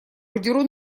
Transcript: ордеру